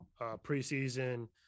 preseason